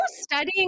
studying